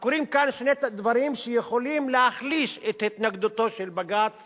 קורים כאן שני דברים שיכולים להחליש את התנגדותו של בג"ץ